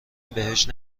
بهش